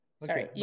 Sorry